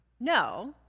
No